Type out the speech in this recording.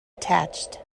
attached